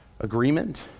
Agreement